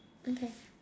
okay